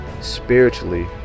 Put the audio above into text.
spiritually